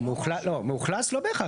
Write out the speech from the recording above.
לא, מאוכלס לא בהכרח.